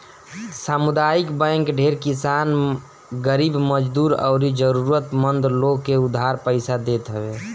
सामुदायिक बैंक ढेर किसान, गरीब मजदूर अउरी जरुरत मंद लोग के उधार पईसा देत हवे